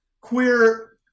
queer